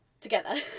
together